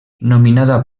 nominada